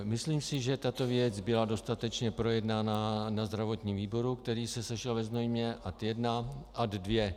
Myslím si, že tato věc byla dostatečně projednána na zdravotním výboru, který se sešel ve Znojmě, ad 1. Ad 2.